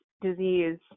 disease